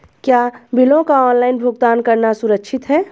क्या बिलों का ऑनलाइन भुगतान करना सुरक्षित है?